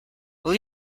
will